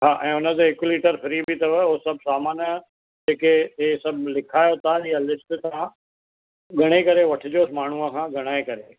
हा ऐं हुनते हिकु लीटर फ्री बि अथव हो सभु सामानु जेके हे सभु लिखायो था इह लिस्ट सां ॻणे करे वठजोसि माण्हूंअ खां ॻणांए करे